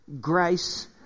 grace